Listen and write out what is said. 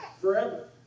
forever